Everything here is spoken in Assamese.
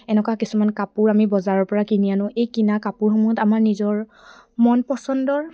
এনেকুৱা কিছুমান কাপোৰ আমি বজাৰৰ পৰা কিনি আনো এই কিনা কাপোৰসমূহ আমাৰ নিজৰ মন পচন্দৰ